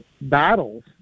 battles